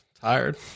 tired